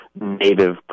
native